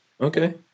Okay